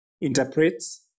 interprets